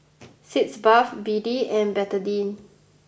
Sitz Bath B D and Betadine